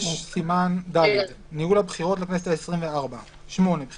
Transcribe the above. סימן ד': ניהול הבחירות לכנסת העשרים וארבע תיקון חוק הבחירות לכנסת,